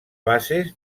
bases